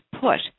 put